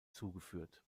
zugeführt